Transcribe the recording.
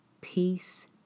Peace